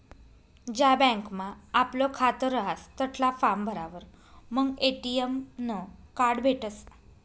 ज्या बँकमा आपलं खातं रहास तठला फार्म भरावर मंग ए.टी.एम नं कार्ड भेटसं